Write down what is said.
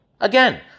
Again